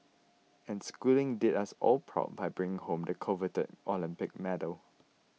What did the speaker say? and Schooling did us all proud by bringing home the coveted Olympic medal